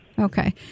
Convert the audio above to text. Okay